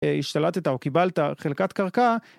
השתלטת או קיבלת חלקת קרקע.